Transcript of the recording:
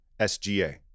SGA